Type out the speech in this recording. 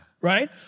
Right